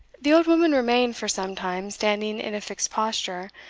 the old woman remained for some time standing in a fixed posture,